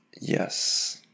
Yes